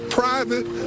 private